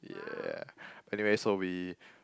yeah anyway so we